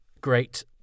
great